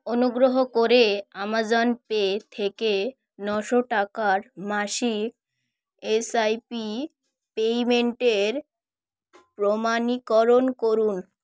অনুগ্রহ করে Amazon Pay থেকে নশো টাকার মাসিক এস আই পি পেইমেন্টের প্রমাণীকরণ করুন